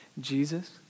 Jesus